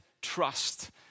trust